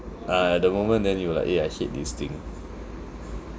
uh the moment then you will like eh I hate this thing